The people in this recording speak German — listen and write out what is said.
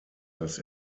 dass